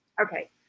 Okay